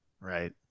right